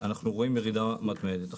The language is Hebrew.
אנחנו רואים ירידה מתמדת.